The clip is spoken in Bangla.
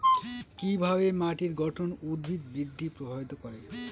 কিভাবে মাটির গঠন উদ্ভিদ বৃদ্ধি প্রভাবিত করে?